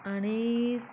आनी